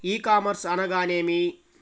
ఈ కామర్స్ అనగానేమి?